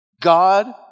God